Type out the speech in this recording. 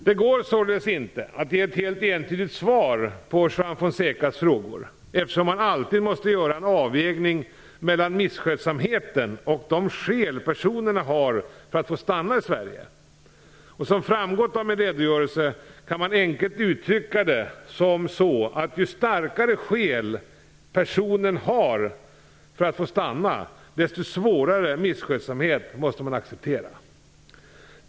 Det går således inte att ge ett helt entydigt svar på Juan Fonsecas frågor, eftersom man alltid måste göra en avvägning mellan misskötsamheten och de skäl personerna har för att få stanna i Sverige. Som framgått av min redogörelse kan man enkelt uttrycka det som så att ju starkare skäl personen har för att få stanna, desto svårare misskötsamhet måste man acceptera.